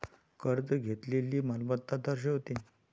कर्ज घेतलेली मालमत्ता दर्शवते